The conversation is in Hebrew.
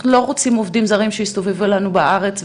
אנחנו לא רוצים עובדים זרים שיסתובבו לנו בארץ,